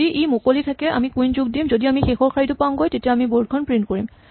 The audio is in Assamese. যদি ই মুকলি থাকে আমি কুইন যোগ দিম যদি আমি শেষৰ শাৰীটো পাওঁগৈ তেতিয়া আমি বৰ্ড খন প্ৰিন্ট কৰিম